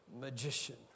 magician